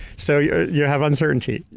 so, you yeah have uncertainty,